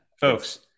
folks